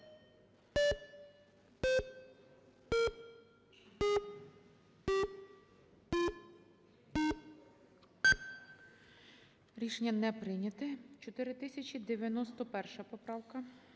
Рішення не прийнято. 4091 поправка.